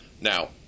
Now